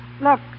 Look